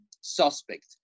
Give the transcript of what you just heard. suspect